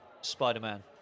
Spider-Man